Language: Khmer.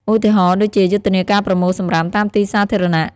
ឧទាហរណ៍ ដូចជាយុទ្ធនាការប្រមូលសំរាមតាមទីសាធារណៈ។